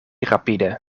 rapide